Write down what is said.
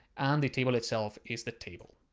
and the table itself is the table.